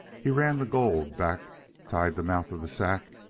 he ran the gold back tied the mouth of the sack,